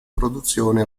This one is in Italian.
produzione